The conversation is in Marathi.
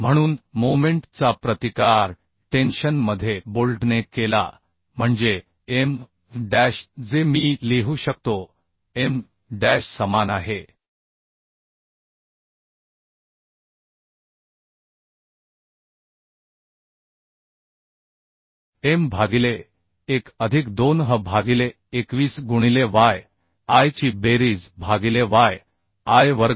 म्हणून मोमेंट चा प्रतिकार टेन्शन मध्ये बोल्टने केला म्हणजे M डॅश जे मी लिहू शकतो M डॅश समान आहे M भागिले 1 अधिक 2h भागिले 21 गुणिले yi ची बेरीज भागिले yi वर्ग